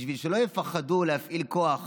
כדי שלא יפחדו להפעיל כוח,